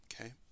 okay